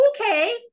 Okay